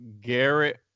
Garrett